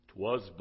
Twas